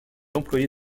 employé